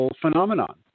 phenomenon